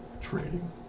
trading